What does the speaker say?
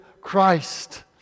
Christ